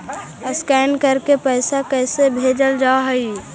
Scan करके पैसा कैसे भेजल जा हइ?